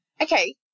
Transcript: okay